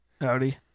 Howdy